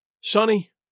Sonny